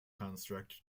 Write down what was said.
construct